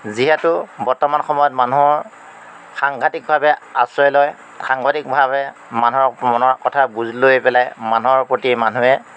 যিহেতু বৰ্তমান সময়ত মানুহৰ সাংঘাটিকভাৱে আশ্ৰয় লয় সাংঘাটিকভাৱে মানুহৰ মনৰ কথা বুজ লৈ পেলাই মানুহৰ প্ৰতি মানুহে